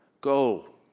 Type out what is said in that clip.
go